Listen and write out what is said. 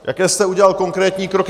Jaké jste udělal konkrétní kroky?